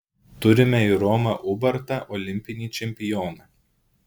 turime ir romą ubartą olimpinį čempioną